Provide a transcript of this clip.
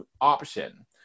option